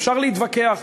אפשר להתווכח.